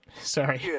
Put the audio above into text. Sorry